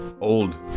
old